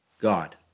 God